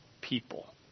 people